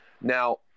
Now